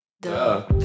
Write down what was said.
Duh